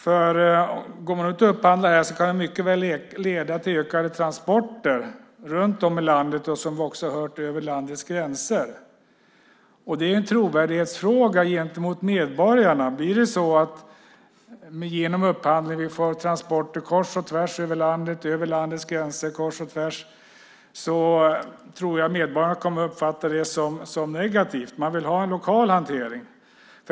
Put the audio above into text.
Går det inte att upphandla här kan det mycket väl leda till ökade transporter runt om i landet och som vi också hört över landets gränser. Det är en trovärdighetsfråga gentemot medborgarna. Om vi genom upphandling får transporter kors och tvärs över landet och över landets gränser kors och tvärs tror jag att medborgarna kommer att uppfatta det som negativt. De vill ha en lokal hantering.